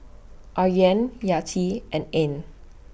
Aryan Yati and Ain